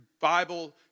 Bible